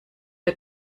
der